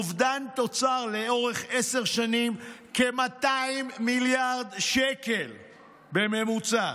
אובדן תוצר לאורך עשר שנים של כ-200 מיליארד שקל בממוצע.